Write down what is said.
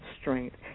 strength